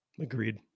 Agreed